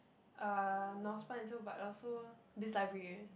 uh North Spine so but also Biz library